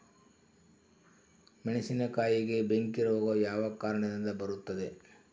ಮೆಣಸಿನಕಾಯಿಗೆ ಬೆಂಕಿ ರೋಗ ಯಾವ ಕಾರಣದಿಂದ ಬರುತ್ತದೆ?